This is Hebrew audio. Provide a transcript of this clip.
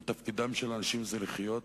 ותפקידם של האנשים זה לחיות,